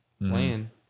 playing